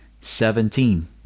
Seventeen